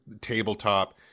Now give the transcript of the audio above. tabletop